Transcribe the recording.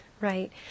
Right